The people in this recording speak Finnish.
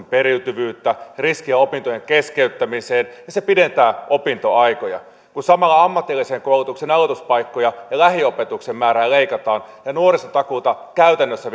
periytyvyyttä ja riskiä opintojen keskeyttämiseen ja pidentää opintoaikoja kun samalla ammatillisen koulutuksen aloituspaikkoja ja lähiopetuksen määrää leikataan ja nuorisotakuulta käytännössä